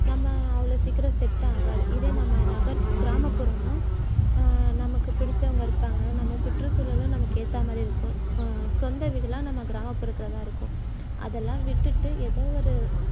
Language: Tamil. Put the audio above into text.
நம்ம அவ்வளோ சீக்கிரம் செட் ஆகாது இதே நம்ம நகர் கிராமப்புறம்ன்னா நமக்கு பிடித்தவங்க இருப்பாங்க நம்ம சுற்றுச்சூழலும் நமக்கு ஏற்ற மாதிரி இருக்கும் சொந்த வீடுலாம் நம்ம கிராமப்புறத்தில்தான் இருக்கும் அதெல்லாம் விட்டுட்டு ஏதோவொரு